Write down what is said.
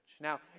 Now